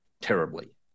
terribly